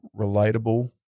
relatable